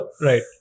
Right